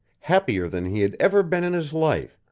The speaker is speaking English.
happier than he had ever been in his life,